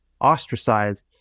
ostracized